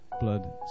blood